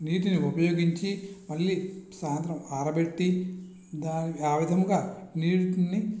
నీటిని ఉపయోగించి మళ్ళీ సాయంత్రం ఆరబెట్టి దాన్ని ఆ విధముగా నీటిని